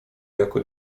jako